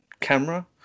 camera